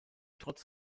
trotz